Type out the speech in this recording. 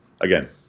again